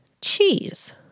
cheese